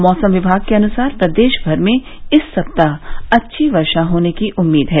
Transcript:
मौसम विभाग के अनुसार प्रदेश भर में इस सप्ताह अच्छी वर्षा होने की उम्मीद है